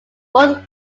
both